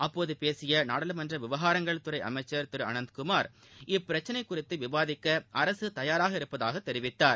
அப்போது நாடாளுமன்ற விவகாரங்கள் அமைச்சர் குறை திரு அனந்த்குமார் இப்பிரச்னை குறித்து விவாதிக்க அரசு தயாராக இருப்பதாகத் தெரிவித்தார்